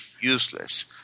useless